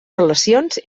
relacions